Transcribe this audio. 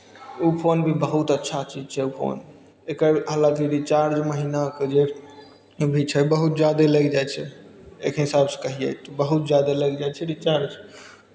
ओ phone भी बहुत अच्छा चीज छै ई फोन एकर हाँलाकि रीचार्ज महीनाके जे अभी छै बहुत जादे लागि जाइ छै एक हिसाबसँ कहियै बहुत जादे लागि जाइ छै रिचार्ज